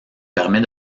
permet